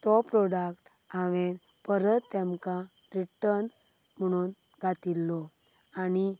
तो प्रोडक्ट हांवें परत तेमकां रिर्टन म्हणून घातिल्लो आनी